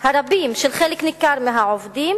הרבים של חלק ניכר מהעובדים,